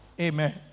Amen